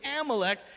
Amalek